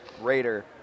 Raider